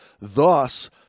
Thus